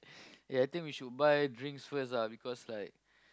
eh I think we should buy drinks first ah because like